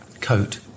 coat